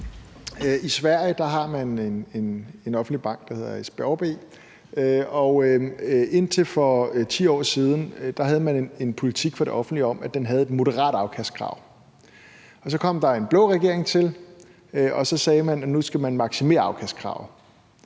I Sverige har man en offentlig bank, der hedder SBAB, og indtil for 10 år siden havde man en politik fra det offentlige med, at den havde et moderat afkastkrav. Så kom der en blå regering til, og så sagde man, at nu skal man maksimere afkastkravet,